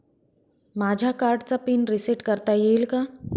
माझ्या कार्डचा PIN reset करता येईल का?